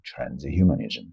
transhumanism